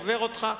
עובר אותך?